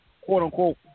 quote-unquote